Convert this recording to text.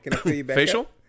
Facial